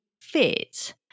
fit